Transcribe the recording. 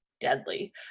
deadly